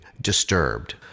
disturbed